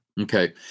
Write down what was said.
Okay